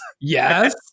Yes